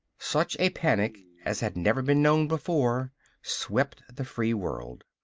such a panic as had never been known before swept the free world.